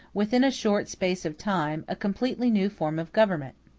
within a short space of time, a completely new form of government.